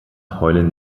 heulen